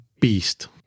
beast